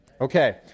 Okay